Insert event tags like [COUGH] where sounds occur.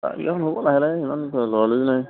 [UNINTELLIGIBLE] হ'ব লাহে লাহে ইমান লৰালৰিও নাই